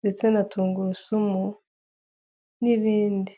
ndetse na tungurusumu n'ibindi.